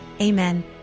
Amen